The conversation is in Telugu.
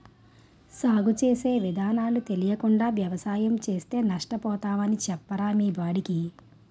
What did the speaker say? సాగు చేసే విధానాలు తెలియకుండా వ్యవసాయం చేస్తే నష్టపోతామని చెప్పరా మీ వాడికి